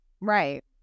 Right